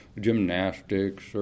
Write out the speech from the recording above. gymnastics